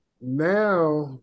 Now